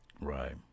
Right